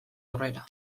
aurrera